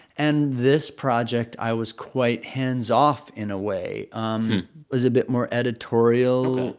and this project, i was quite hands-off in a way, um was a bit more editorial.